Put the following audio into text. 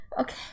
okay